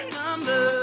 number